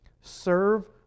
Serve